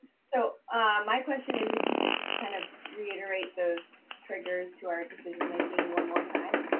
so my question is, if you could just kind of reiterate those triggers to our decision making one more time.